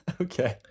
Okay